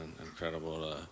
incredible